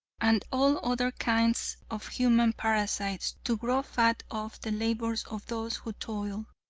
and all other kinds of human parasites to grow fat off the labors of those who toil.